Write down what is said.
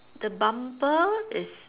the bumper is